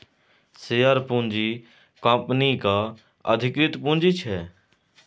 share पूँजी कंपनीक अधिकृत पुंजी छै